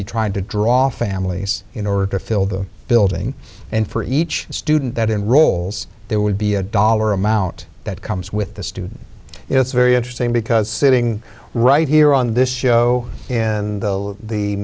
be trying to draw families in order to fill the building and for each student that enrolls there would be a dollar amount that comes with the student it's very interesting because sitting right here on this show and the